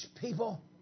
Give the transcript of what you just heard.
people